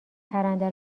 پرنده